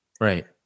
Right